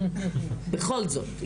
בכל זאת,